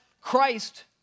Christ